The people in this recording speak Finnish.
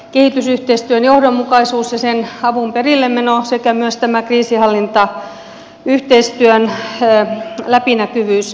kehitysyhteistyön johdonmukaisuus ja sen avun perillemeno sekä myös tämä kriisinhallintayhteistyön läpinäkyvyys